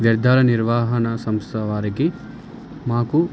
వ్యర్థాల నిర్వహణ సంస్థ వారికి మాకు